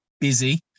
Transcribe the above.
busy